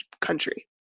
country